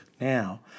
Now